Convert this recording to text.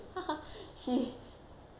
la~ every week I will give her work